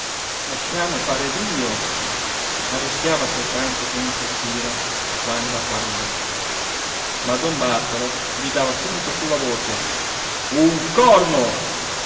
lasciamo fare a dio arrischiava soltanto con un sospiro a quando a quando ma don bartolo gli dava subito sulla voce un corno